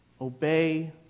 obey